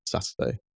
Saturday